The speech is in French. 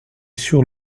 sur